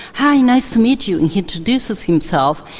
hi, nice to meet you and he introduces himself.